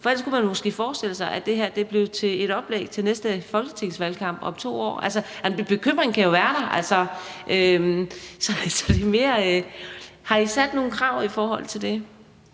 For ellers kunne man måske forestille sig, at det her blev til et oplæg til næste folketingsvalgkamp om 2 år. Bekymringen kan jo være der. Så det er mere, om I har sat